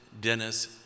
Dennis